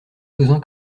besoin